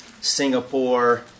Singapore